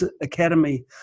academy